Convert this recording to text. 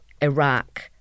Iraq